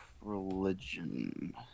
religion